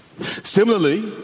Similarly